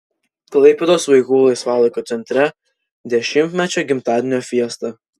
klaipėdos vaikų laisvalaikio centre dešimtmečio gimtadienio fiesta